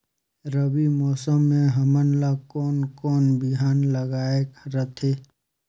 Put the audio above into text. रबी मौसम मे हमन ला कोन कोन बिहान लगायेक रथे?